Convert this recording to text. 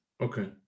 Okay